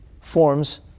forms